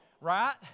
Right